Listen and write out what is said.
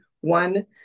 one